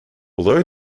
although